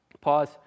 Pause